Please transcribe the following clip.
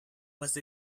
was